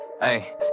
Hey